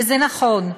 וזה נכון,